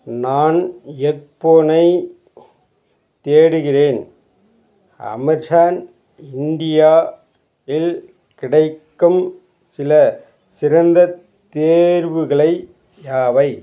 நான் ஹெட் போனையைத் தேடுகிறேன் அமேசான் இந்தியா இல் கிடைக்கும் சில சிறந்த தேர்வுகளை யாவை